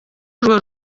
urwo